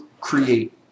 create